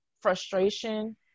frustration